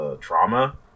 trauma